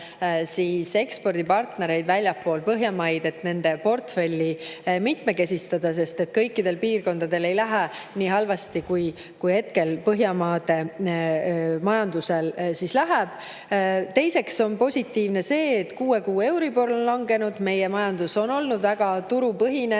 ekspordipartnereid väljaspool Põhjamaid, et nende portfelli mitmekesistada. Kõikidel piirkondadel ei lähe nii halvasti, kui Põhjamaade majandusel hetkel läheb. Teiseks on positiivne see, et kuue kuu euribor on langenud. Meie majandus on olnud väga turupõhine